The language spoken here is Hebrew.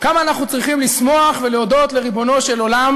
כמה אנחנו צריכים לשמוח ולהודות לריבונו של עולם